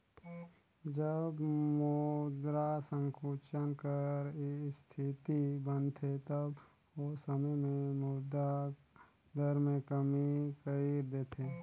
जब मुद्रा संकुचन कर इस्थिति बनथे तब ओ समे में मुद्रा दर में कमी कइर देथे